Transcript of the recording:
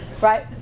Right